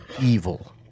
evil